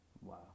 Wow